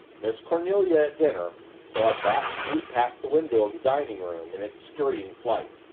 miss cornelia, at dinner, saw a bat swoop past the window of the dining room in its scurrying flight,